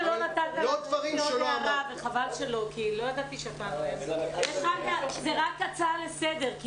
זאת רק הצעה לסדר.